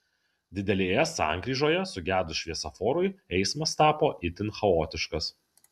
didelėje sankryžoje sugedus šviesoforui eismas tapo itin chaotiškas